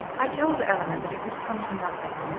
i told eleanor that it would come to nothing.